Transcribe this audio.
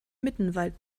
mittenwald